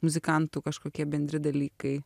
muzikantų kažkokie bendri dalykai